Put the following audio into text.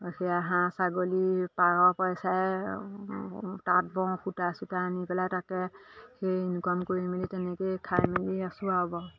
সেয়া হাঁহ ছাগলী পাৰৰ পইচাই তাঁত বওঁ সূতা চূতা আনি পেলাই তাকে সেই ইনকাম কৰি মেলি তেনেকৈয়ে খাই মেলি আছোঁ আৰু বওঁ